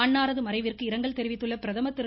அன்னாரது மறைவிற்கு இரங்கல் தெரிவித்துள்ள பிரதமர் திரு